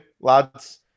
lads